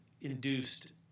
induced